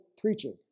preaching